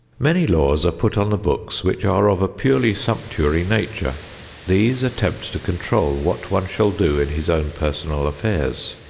many laws are put on the books which are of a purely sumptuary nature these attempt to control what one shall do in his own personal affairs.